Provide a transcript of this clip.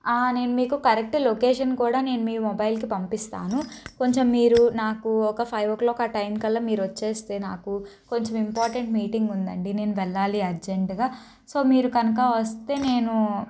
నేను మీకు correct location కూడా నేను మీ మొబైల్కి పంపిస్తాను కొంచెం మీరు నాకు ఒక ఫైవ్ ఓ క్లాక్ ఆ టైం కల్లా మీరు వస్తే నాకు కొంచెం ఇంపార్టెంట్ మీటింగ్ ఉందండి నేను వెళ్ళాలి అర్జెంట్గా సో మీరు కనుక వస్తే నేను